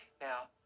Now